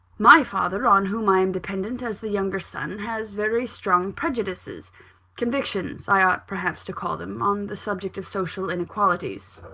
my father, on whom i am dependent as the younger son, has very strong prejudices convictions i ought perhaps to call them on the subject of social inequalities.